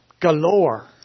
Galore